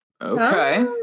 Okay